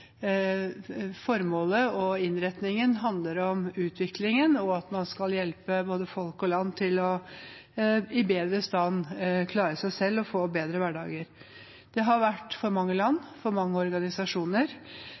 formålet og innretningen handler om utviklingen, og at man skal hjelpe både folk og land til å bli bedre i stand til å klare seg selv og få bedre hverdager. Det har vært for mange